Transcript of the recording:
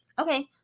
Okay